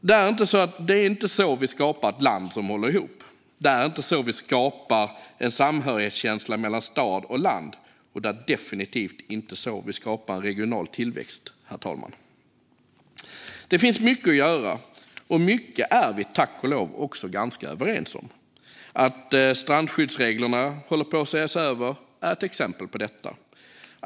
Det är inte så vi skapar ett land som håller ihop, det är inte så vi skapar en samhörighetskänsla mellan stad och land och det är definitivt inte så vi skapar regional tillväxt, herr talman. Det finns mycket att göra, och om mycket är vi tack och lov också ganska överens. Att strandskyddsreglerna håller på att ses över är ett exempel på detta.